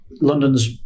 London's